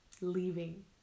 leaving